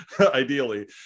ideally